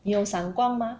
你有散光吗